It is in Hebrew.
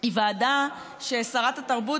היא ועדה ששרת התרבות,